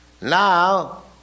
Now